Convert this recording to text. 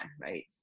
right